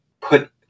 put